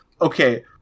okay